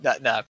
No